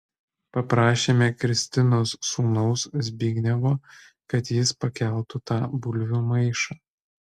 paprašėme kristinos sūnaus zbignevo kad jis pakeltų tą bulvių maišą